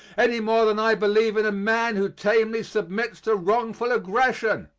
any more than i believe in a man who tamely submits to wrongful aggression.